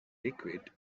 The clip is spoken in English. liquid